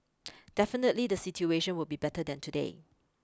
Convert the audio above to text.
definitely the situation will be better than today